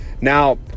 Now